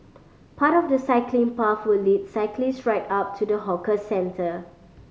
part of the cycling path will lead cyclists right up to the hawker centre